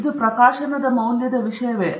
ಇದು ಪ್ರಕಾಶನ ಮೌಲ್ಯದ ವಿಷಯವೇ